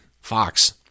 Fox